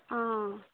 आ